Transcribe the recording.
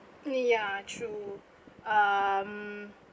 ya true um